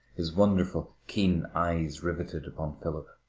his wonderful, keen eyes riveted upon philip.